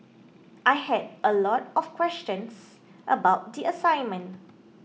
I had a lot of questions about the assignment